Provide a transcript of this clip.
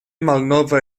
malnova